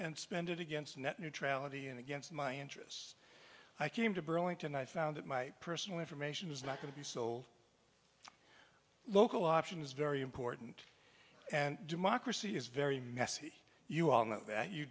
and spend it against net neutrality and against my interests i came to burlington i found that my personal information is not going to be so local option is very important and democracy is very messy you all know that you